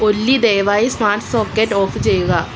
ഒല്ലി ദയവായി smart socket off ചെയ്യുക